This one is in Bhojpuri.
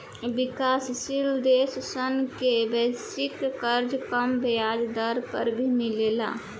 विकाशसील देश सन के वैश्विक कर्जा कम ब्याज दर पर भी मिलेला